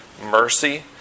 mercy